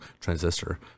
Transistor